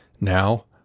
Now